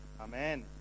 Amen